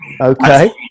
Okay